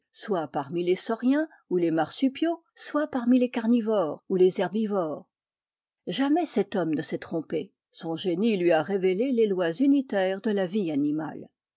soit parmi les sauriens ou les marsupiaux soit parmi les carnivores ou les herbivores jamais cet homme ne s'est trompé son génie lui a révélé les lois unitaires de la vie animale